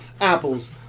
Apples